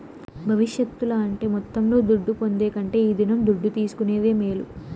భవిష్యత్తుల అంటే మొత్తంలో దుడ్డు పొందే కంటే ఈ దినం దుడ్డు తీసుకునేదే మేలు